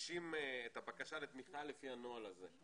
מגישים את הבקשה לתמיכה לפי הנוהל הזה.